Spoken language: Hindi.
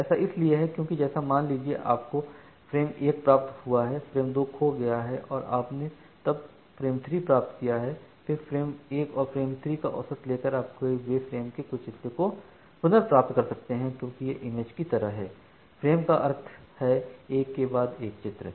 ऐसा इसलिए है क्योंकि जैसे मान लीजिए आपको फ्रेम 1 प्राप्त हुआ हैफ्रेम 2 खो गया है और आपने तब फ्रेम 3 प्राप्त किया है फिर फ्रेम 1 और फ्रेम 3 पर औसत करके आप खोए हुए फ्रेम के कुछ हिस्से को पुनर्प्राप्त कर सकते हैं क्योंकि यह इमेज की तरह है फ्रेम का अर्थ है एक के बाद एक चित्र